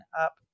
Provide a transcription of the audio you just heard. up